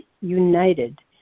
united